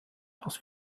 dass